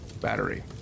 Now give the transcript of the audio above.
battery